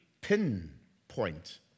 Pinpoint